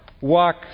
walk